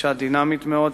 אשה דינמית מאוד,